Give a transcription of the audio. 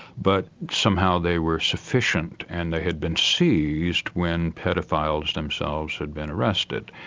but somehow they were sufficient and they had been seized when paedophiles themselves had been arrested.